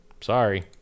sorry